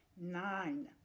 Nine